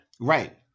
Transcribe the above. Right